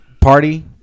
Party